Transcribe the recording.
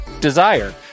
Desire